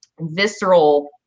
visceral